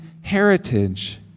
heritage